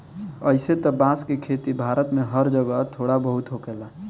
अइसे त बांस के खेती भारत में हर जगह थोड़ा बहुत होखेला